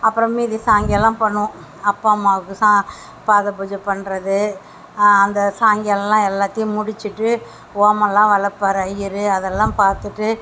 அப்றம் மீதி சாயங்காலம் பண்ணுவோம் அப்பா அம்மாவுக்கு பாதம் பூஜை பண்ணுறது அந்த சாங்கியல்லாம் எல்லாத்தையும் முடுச்சுட்டு ஹோமலாம் வளர்ப்பாரு ஐய்யர் அதல்லாம் பார்த்துட்டு